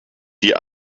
die